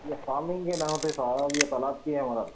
یہ فارمنگ کے نام پہ تھا یہ کیا ہمارا بھی